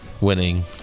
winning